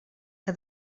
que